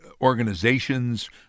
organizations